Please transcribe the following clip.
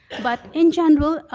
but in general,